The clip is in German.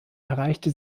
erreichte